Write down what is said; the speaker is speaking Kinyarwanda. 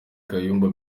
kayumba